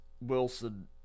Wilson